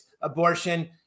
abortion